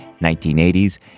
1980s